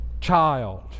child